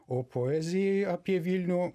o poezijai apie vilnių